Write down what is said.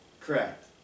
Correct